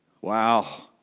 Wow